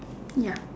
ya